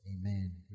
amen